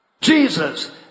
Jesus